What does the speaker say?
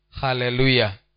Hallelujah